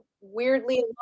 weirdly